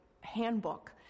handbook